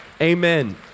Amen